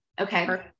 okay